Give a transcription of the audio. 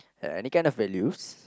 any kind of values